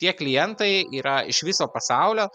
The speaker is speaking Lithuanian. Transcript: tie klientai yra iš viso pasaulio